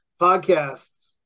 podcasts